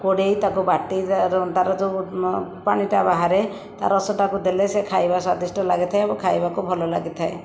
କୋଡ଼ାଇ ତାକୁ ବାଟି ତାର ତାର ଯେଉଁ ପାଣିଟା ବାହାରେ ତା ରସଟାକୁ ଦେଲେ ସେ ଖାଇବା ସ୍ଵାଦିଷ୍ଟ ଲାଗିଥାଏ ଏବଂ ଖାଇବାକୁ ଭଲ ଲାଗିଥାଏ